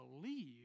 believe